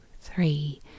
three